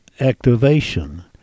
activation